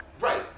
Right